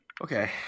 Okay